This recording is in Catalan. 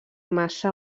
massa